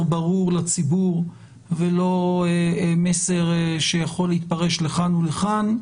ברור לציבור ולא מסר שיכול להתפרש לכאן ולכאן.